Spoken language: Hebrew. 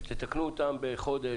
ותתקנו אותם בחודש,